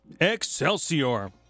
Excelsior